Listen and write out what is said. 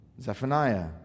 Zephaniah